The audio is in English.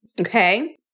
okay